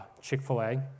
Chick-fil-A